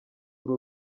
uru